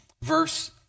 Verse